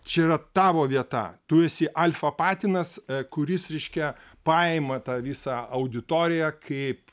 čia yra tavo vieta tu esi alfa patinas kuris reiškia paima tą visą auditoriją kaip